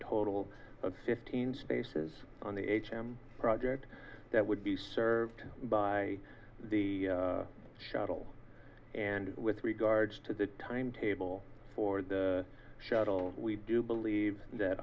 total of fifteen spaces on the h m s project that would be served by the shuttle and with regards to the timetable for the shuttle we do believe that